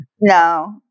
No